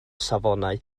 safonau